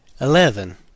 Eleven